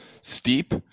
steep